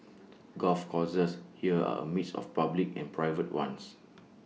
golf courses here are A mix of public and private ones